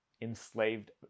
enslaved